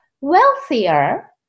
wealthier